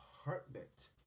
apartment